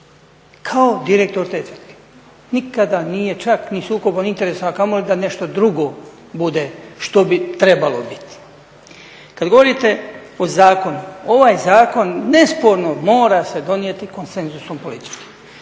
kao direktor te tvrtke. Nikada nije čak ni sukobom interesa, a kamoli da nešto drugo bude što bi trebalo biti. Kada govorite o zakonu, ovaj zakon nesporno mora se donijeti konsenzusom političkim.